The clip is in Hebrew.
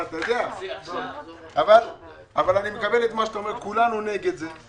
אבל אני מקבל את מה שאתה אומר כולנו נגד זה,